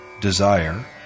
desire